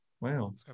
Wow